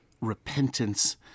repentance